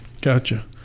gotcha